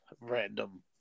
random